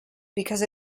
because